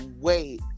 wait